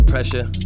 pressure